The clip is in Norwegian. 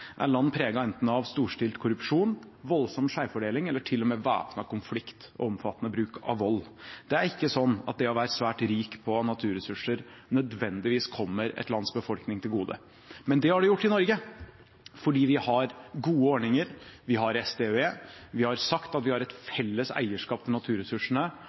av enten storstilt korrupsjon, voldsom skjevfordeling eller til og med væpnet konflikt og omfattende bruk av vold. Det er ikke sånn at det å være svært rik på naturressurser nødvendigvis kommer et lands befolkning til gode. Men det har det gjort i Norge, fordi vi har gode ordninger, vi har SDØE, vi har sagt at vi har et felles eierskap til naturressursene,